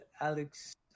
Alex